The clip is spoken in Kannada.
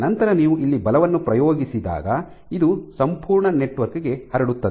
ನಂತರ ನೀವು ಇಲ್ಲಿ ಬಲವನ್ನು ಪ್ರಯೋಗಿಸಿದಾಗ ಇದು ಸಂಪೂರ್ಣ ನೆಟ್ವರ್ಕ್ ಗೆ ಹರಡುತ್ತದೆ